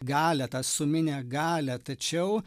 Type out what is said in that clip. galią tą suminę galią tačiau